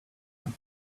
one